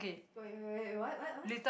wait wait wait what what what